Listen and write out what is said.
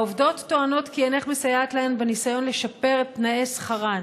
2. העובדות טוענות כי אינך מסייעת להן בניסיון לשפר את תנאי שכרן.